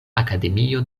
akademio